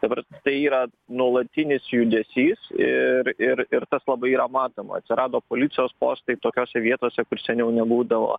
dabar tai yra nuolatinis judesys ir ir ir tas labai yra matoma atsirado policijos postai tokiose vietose kur seniau nebūdavo